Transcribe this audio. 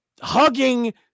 hugging